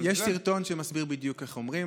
יש סרטון שמסביר בדיוק איך אומרים.